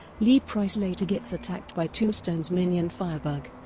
lee price later gets attacked by tombstone's minion firebug.